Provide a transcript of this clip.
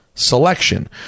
selection